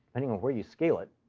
depending on where you scale it,